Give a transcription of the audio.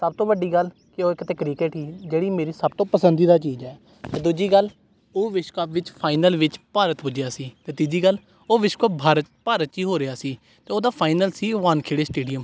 ਸਭ ਤੋਂ ਵੱਡੀ ਗੱਲ ਕਿ ਉਹ ਇੱਕ ਤਾਂ ਕ੍ਰਿਕਟ ਹੀ ਜਿਹੜੀ ਮੇਰੀ ਸਭ ਤੋਂ ਪਸੰਦੀਦਾ ਚੀਜ਼ ਹੈ ਦੂਜੀ ਗੱਲ ਉਹ ਵਿਸ਼ਵ ਕੱਪ ਵਿੱਚ ਫਾਈਨਲ ਵਿੱਚ ਭਾਰਤ ਪੁੱਜਿਆ ਸੀ ਅਤੇ ਤੀਜੀ ਗੱਲ ਉਹ ਵਿਸ਼ਵ ਕੱਪ ਬਾਰਤ ਭਾਰਤ 'ਚ ਹੀ ਹੋ ਰਿਹਾ ਸੀ ਅਤੇ ਉਹਦਾ ਫਾਈਨਲ ਸੀ ਵਾਨਖੇੜੇ ਸਟੇਡੀਅਮ